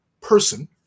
person